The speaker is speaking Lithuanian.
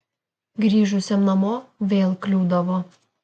grįžusiam namo vėl kliūdavo